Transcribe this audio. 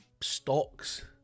stocks